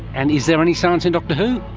and is there any science in doctor who?